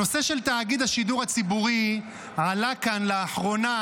הנושא של תאגיד השידור הציבורי עלה כאן לאחרונה